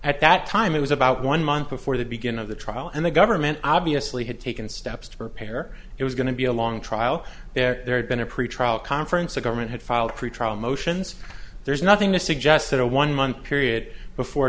at that time it was about one month before the beginning of the trial and the government obviously had taken steps to prepare it was going to be a long trial there had been a pretrial conference the government had filed pretrial motions there's nothing to suggest that a one month period before